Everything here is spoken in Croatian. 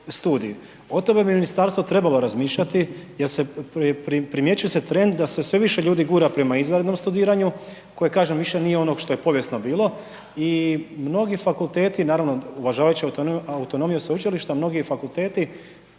o tome bi ministarstvo trebalo razmišljati jer primjećuje se trend da se sve više ljudi gura prema izvanrednom studiranju, koje kažem, više nije ono što je povijesno bilo i mnogi fakulteti, naravno uvažavajući autonomiju sveučilišta, mnogi fakulteti